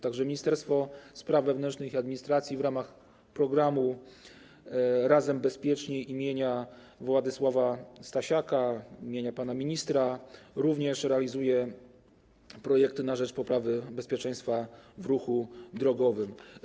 Tak że Ministerstwo Spraw Wewnętrznych i Administracji w ramach programu „Razem bezpieczniej” im. Władysława Stasiaka, imienia pana ministra, również realizuje projekty na rzecz poprawy bezpieczeństwa w ruchu drogowym.